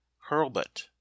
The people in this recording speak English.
HURLBUT